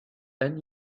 ten